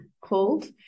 called